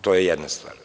To je jedan stvar.